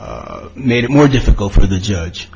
that made it more difficult for the judge